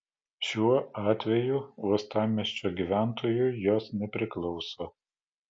šiuo atveju uostamiesčio gyventojui jos nepriklauso